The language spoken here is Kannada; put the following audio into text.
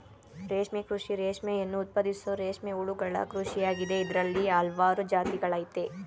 ರೇಷ್ಮೆ ಕೃಷಿ ರೇಷ್ಮೆಯನ್ನು ಉತ್ಪಾದಿಸೋ ರೇಷ್ಮೆ ಹುಳುಗಳ ಕೃಷಿಯಾಗಿದೆ ಇದ್ರಲ್ಲಿ ಹಲ್ವಾರು ಜಾತಿಗಳಯ್ತೆ